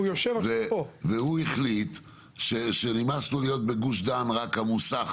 הוא החליט שנמאס לו להיות בגוש דן רק המוסך